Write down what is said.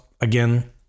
again